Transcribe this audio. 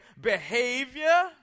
behavior